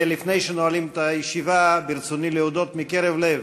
לפני שנועלים את הישיבה ברצוני להודות מקרב לב